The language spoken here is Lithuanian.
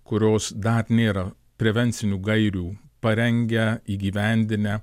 kurios dar nėra prevencinių gairių parengę įgyvendinę